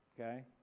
okay